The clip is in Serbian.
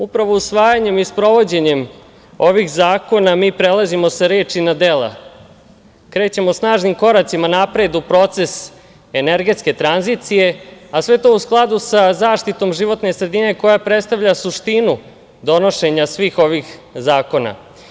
Upravo usvajanjem i sprovođenjem ovih zakona mi prelazimo sa reči na dela, krećemo snažnim koracima napred u proces energetske tranzicije, a sve to u skladu sa zaštitom životne sredine koja predstavlja suštinu donošenja svih ovih zakona.